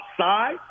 outside –